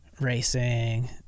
racing